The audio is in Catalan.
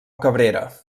cabrera